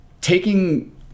taking